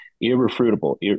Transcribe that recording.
irrefutable